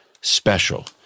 special